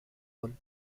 one